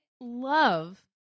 love